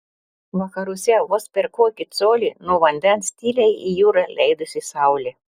vakaruose vos per kokį colį nuo vandens tyliai į jūrą leidosi saulė